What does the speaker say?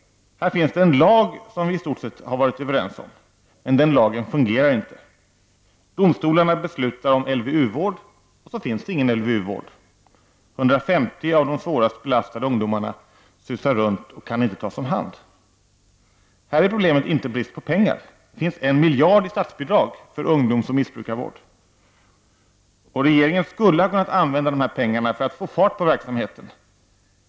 Här finns det en lag som vi i stort sett är överens om, men lagen fungerar inte. Domstolarna beslutar om LVU-vård och så finns det ingen LVU-vård. 150 av de svårast belastade ungdomarna susar runt och kan inte tas om hand. Här är problemet inte brist på pengar. Det finns en miljard i statsbidrag för ungdoms och missbrukarvård som regeringen skulle ha kunnat använda för att få fart på verksamheten.